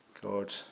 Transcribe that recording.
God